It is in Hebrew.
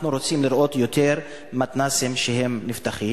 אנחנו רוצים לראות יותר מתנ"סים שנפתחים.